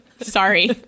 Sorry